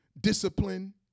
discipline